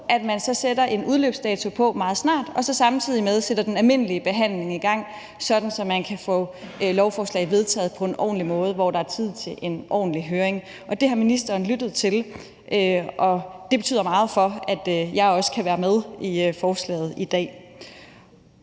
at man så sætter en meget snarlig udløbsdato på og så samtidig sætter den almindelige behandling i gang, sådan at man kan få lovforslaget vedtaget på en ordentlig måde, hvor der er tid til en ordentlig høring. Det har ministeren lyttet til, og det betyder meget for, at jeg også kan være med i forslaget i dag.